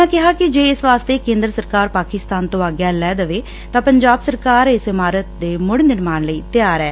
ਉਨ੍ਹਾਂ ਕਿਹਾ ਕਿੱ ਜੇ ਇਸ ਵਾਸਤੇ ਕੇਂਦਰ ਸਰਕਾਰ ਪਾਕਿਸਤਾਨ ਤੋ ਆਗਿਆ ਲੈ ਦੇਵੇ ਤਾਂ ਪੰਜਾਬ ਸਰਕਾਰ ਇਸ ਇਮਾਰਤ ਦੇ ਮੁੜ ਨਿਰਮਾਣ ਲਈ ਤਿਆਰ ਏ